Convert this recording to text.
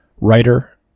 writer